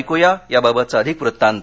ऐकूया याबाबतचा अधिक वृत्तांत